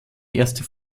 erste